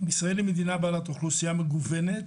ישראל היא מדינה בעלת אוכלוסייה מגוונת,